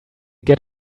get